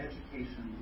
Education